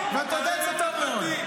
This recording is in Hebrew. ואתה יודע זאת טוב מאוד.